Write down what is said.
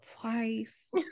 twice